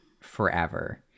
forever